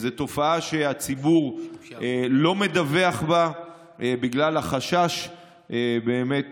זו תופעה שהציבור לא מדווח בה בגלל החשש באמת